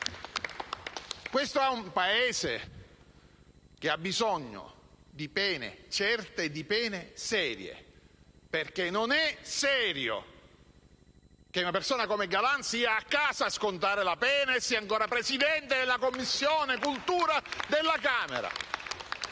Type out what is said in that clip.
Questo è un Paese che ha bisogno di pene certe e serie. Non è, infatti, serio che una persona come Galan stia a casa propria a scontare la pena e sia ancora Presidente della Commissione cultura della Camera!